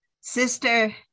sister